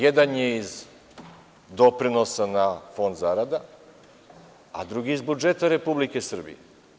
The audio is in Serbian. Jedan je iz doprinosa na fond zarada, a drugi iz budžeta Republike Srbije.